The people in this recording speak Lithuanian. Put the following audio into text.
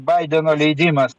baideno leidimas